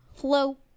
Hello